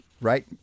right